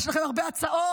יש לכם הרבה הצעות,